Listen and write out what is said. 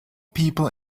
people